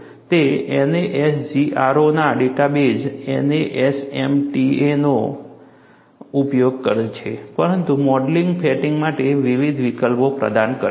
તે NASGRO ના database NASMAT નો ઉપયોગ કરે છે પરંતુ મોડેલિંગ ફેટિગ માટે વિવિધ વિકલ્પો પ્રદાન કરે છે